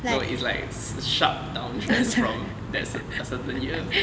no it's like sh~ shut down trend from that a certain year